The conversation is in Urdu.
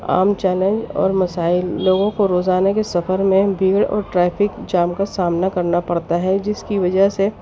عام چیلنج اور مسائل لوگوں کو روزانہ کے سفر میں بھیڑ اور ٹرافک جام کا سامنا کرنا پڑتا ہے جس کی وجہ سے